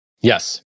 Yes